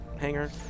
hangar